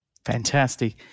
Fantastic